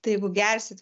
tai jeigu gersit